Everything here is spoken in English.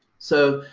so,